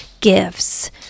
gifts